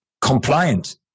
compliant